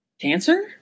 Cancer